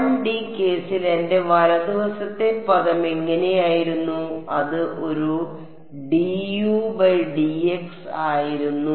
1D കേസിൽ എന്റെ വലത് വശത്തെ പദം എങ്ങനെയായിരുന്നു അത് ഒരു dudx ആയിരുന്നു